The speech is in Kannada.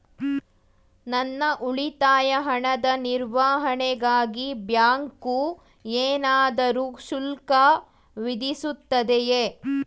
ನನ್ನ ಉಳಿತಾಯ ಹಣದ ನಿರ್ವಹಣೆಗಾಗಿ ಬ್ಯಾಂಕು ಏನಾದರೂ ಶುಲ್ಕ ವಿಧಿಸುತ್ತದೆಯೇ?